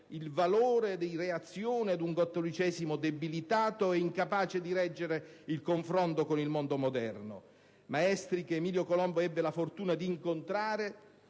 il valore di reazione ad un cattolicesimo debilitato ed incapace di reggere il confronto con il mondo moderno. Maestri che Emilio Colombo ebbe la fortuna di incontrare